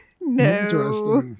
No